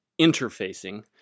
interfacing